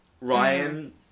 Ryan